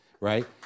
right